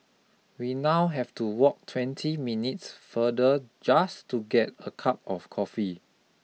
we now have to walk twenty minutes further just to get a cup of coffee